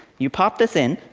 you pop this in.